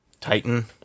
Titan